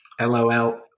LOL